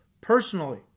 personally